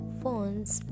phones